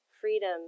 freedom